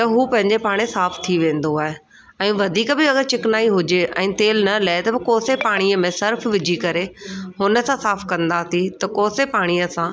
त हू पंहिंजे पाण साफ़ु थी वेंदो आहे ऐं वधीक बि अगरि चिकनाई हुजे ऐं तेल न लहे त पोइ कोसे पाणीअ में सर्फ़ विझी करे हुनसां साफ़ु कंदासी त कोसे पाणीअ सां